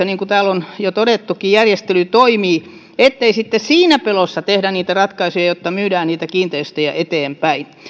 niin kuin tällä on jo todettukin miten toimii tämä suunniteltu kuntien kiinteistöjärjestely ettei sitten siinä pelossa tehdä niitä ratkaisuja että myydään niitä kiinteistöjä eteenpäin